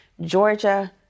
Georgia